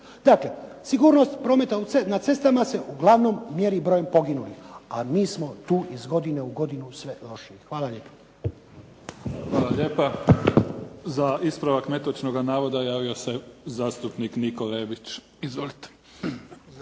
Dakle, sigurnost prometa na cestama se uglavnom mjeri brojem poginulih, a mi smo tu iz godine u godinu sve lošiji. Hvala lijepo. **Mimica, Neven (SDP)** Hvala lijepa. Za ispravak netočnog navoda javio se zastupnik Niko Rebić. Izvolite.